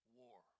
war